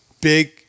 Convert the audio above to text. big